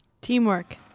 Teamwork